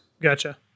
Gotcha